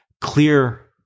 clear